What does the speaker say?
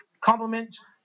compliments